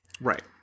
right